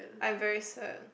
I'm very sad